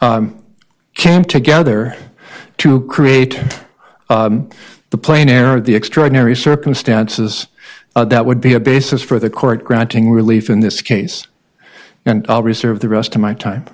place came together to create the plain air of the extraordinary circumstances that would be a basis for the court granting relief in this case and i'll reserve the rest of my time